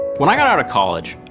when i got outta college,